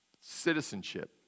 Citizenship